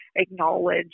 acknowledge